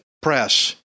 Press